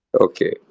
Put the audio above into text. Okay